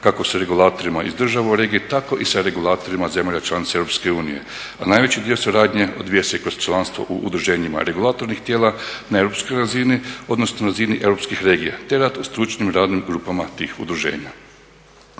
kako s regulatorima iz država u regiji tako i sa regulatorima zemalja članica EU. A najveći dio suradnje odvija se kroz članstvu u udruženjima regulatornih tijela na europskoj razini, odnosno razini europskih regija te na stručnim radnim grupama tih udruženja.